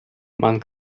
man